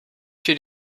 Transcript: she